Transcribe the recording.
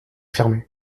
fermé